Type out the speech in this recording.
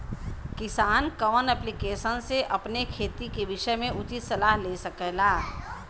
किसान कवन ऐप्लिकेशन से अपने खेती के विषय मे उचित सलाह ले सकेला?